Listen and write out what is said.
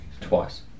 Twice